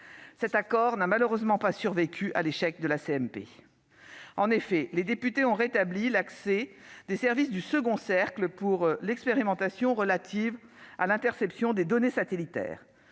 Cet accord n'a malheureusement pas survécu à l'échec de la CMP. Les députés ont rétabli l'accès des services du second cercle à l'expérimentation relative à l'interception des données satellitaires,